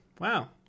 Wow